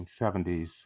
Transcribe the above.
1970s